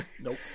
Nope